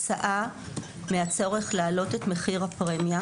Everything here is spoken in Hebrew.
כתוצאה מהצורך להעלות את מחרי הפרמיה,